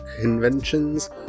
conventions